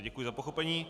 Děkuji za pochopení.